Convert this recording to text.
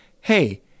hey